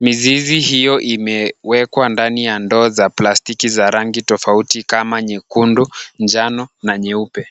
Mizizi hiyo imewekwa ndani ya ndoo za plastiki za rangi tofauti kama nyekundu, njano na nyeupe.